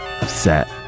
upset